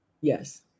Yes